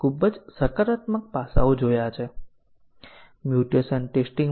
કેસો માફ કરશો પૂરક ટેસ્ટીંગ